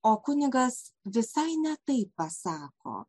o kunigas visai ne taip pasako